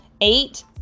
eight